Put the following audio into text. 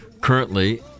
Currently